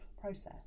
process